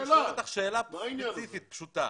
אני שואל אותך שאלה ספציפית פשוטה,